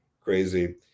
crazy